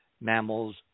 mammals